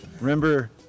remember